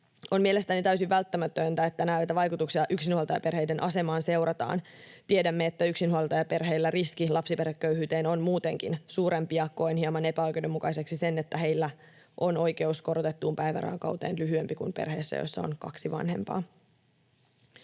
On mielestäni täysin välttämätöntä, että näitä vaikutuksia yksinhuoltajaperheiden asemaan seurataan. Tiedämme, että yksinhuoltajaperheillä riski lapsiperheköyhyyteen on muutenkin suurempi, ja koen hieman epäoikeudenmukaiseksi sen, että heillä oikeus korotettuun päivärahakauteen on lyhyempi kuin perheissä, joissa on kaksi vanhempaa.